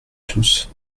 tous